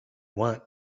want